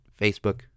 Facebook